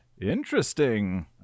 Interesting